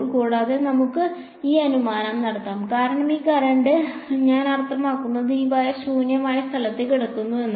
കൂടാതെ നമുക്ക് ഈ അനുമാനം നടത്താം കാരണം ഈ കറന്റ് ഞാൻ അർത്ഥമാക്കുന്നത് ഈ വയർ ശൂന്യമായ സ്ഥലത്ത് കിടക്കുന്നു എന്നാണ്